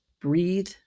breathe